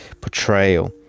portrayal